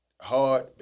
hard